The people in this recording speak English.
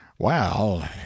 Well